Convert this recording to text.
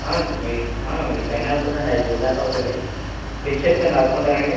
వెయ్యి వెయ్యి పైనే అవుతుందండి ఐదు వేలు దాకా అవుతుంది లిస్ట్ చెప్తాను రాసుకుంటారా అండి